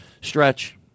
Stretch